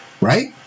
right